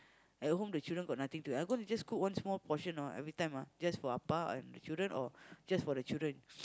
at home the children got nothing to eat I'm gonna just cook one small portion hor everytime ah just for Appa and the children or just for the children